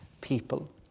people